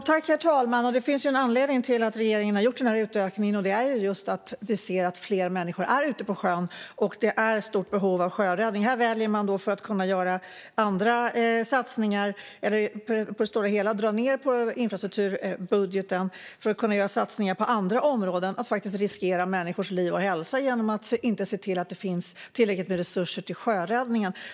Herr talman! Det finns en anledning till att regeringen har gjort denna utökning, och det är för att vi ser att fler människor är ute på sjön och att det finns ett stort behov av sjöräddning. Men här väljer ni, för att kunna göra andra satsningar, att på det stora hela dra ned på infrastrukturbudgeten för att kunna göra satsningar på andra områden och faktiskt riskera människors liv och hälsa genom att inte se till att det finns tillräckligt med resurser till sjöräddningen.